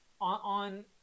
on